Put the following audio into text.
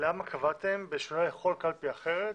למה קבעתם בשונה לכל קלפי אחרת,